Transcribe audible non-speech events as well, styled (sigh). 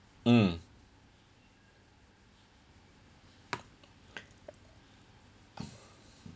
mm (breath)